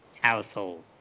household